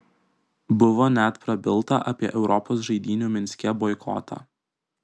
buvo net prabilta apie europos žaidynių minske boikotą